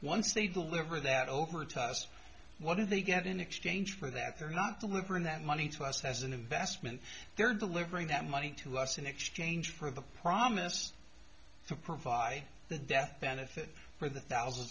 once they deliver that over toss what do they get in exchange for that they're not delivering that money to us as an investment they're delivering that money to us in exchange for the promise to provide the death benefit for the thousand